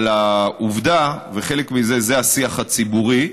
אבל העובדה, וחלק מזה זה השיח הציבורי,